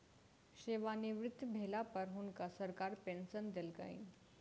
सेवानिवृत भेला पर हुनका सरकार पेंशन देलकैन